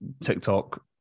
TikTok